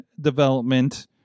development